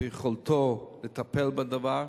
ביכולתו לטפל בדבר.